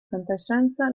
fantascienza